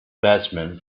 batsman